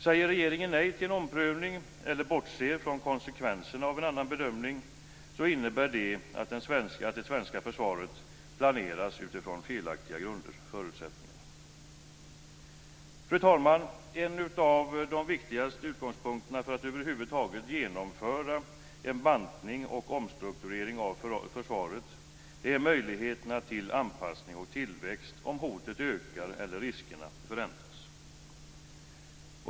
Säger regeringen nej till en omprövning eller bortser från konsekvenserna av en annan bedömning, innebär det att det svenska försvaret planeras utifrån felaktiga förutsättningar. Fru talman! En av de viktigaste utgångspunkterna för att över huvud taget genomföra en bantning och omstrukturering av försvaret är möjligheterna till anpassning och tillväxt, om hotet ökar eller riskerna förändras.